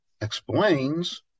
explains